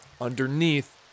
underneath